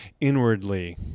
inwardly